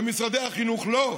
ומשרד החינוך לא?